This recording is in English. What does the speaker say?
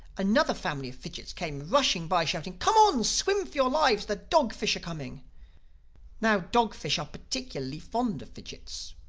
another family of fidgits came rushing by, shouting, come on! swim for your lives! the dog-fish are coming now dog-fish are particularly fond of fidgits.